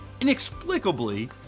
inexplicably